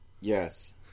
yes